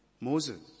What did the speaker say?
Moses